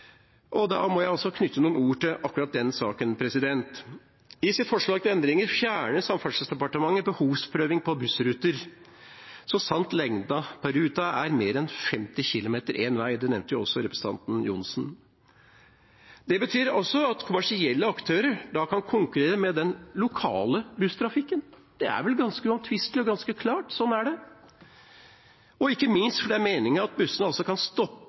og da må jeg også knytte noen ord til akkurat den saken. I sitt forslag til endringer fjerner Samferdselsdepartementet behovsprøving på bussruter så sant lengden på ruta er mer enn 50 km én vei. Det nevnte også representanten Johnsen. Det betyr at kommersielle aktører da kan konkurrere med den lokale busstrafikken. Det er vel ganske uomtvistelig og ganske klart, sånn er det, ikke minst fordi det er meningen at bussene også kan stoppe